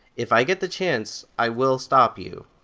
if i get the chance, i will stop you.